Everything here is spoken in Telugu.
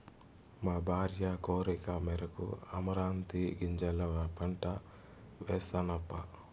మా భార్య కోరికమేరకు అమరాంతీ గింజల పంట వేస్తినప్పా